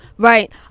Right